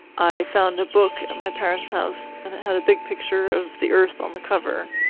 i found a book at my parents' house and it had a big picture of the earth on the cover,